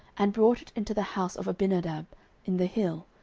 and brought it into the house of abinadab in the hill,